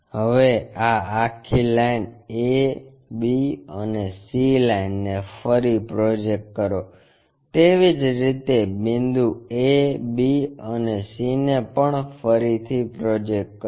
હવે આં આખી લાઈન a b અને c લાઈન ને ફરી પ્રોજેક્ટ કરો તેવી જ રીતે બિંદુ a b અને c ને પણ ફરીથી પ્રોજેક્ટ કરો